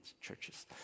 churches